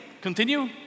continue